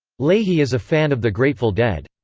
leahy is a fan of the grateful dead.